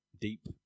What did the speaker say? deep